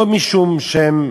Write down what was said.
לא משום שהם